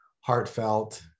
heartfelt